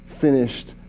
finished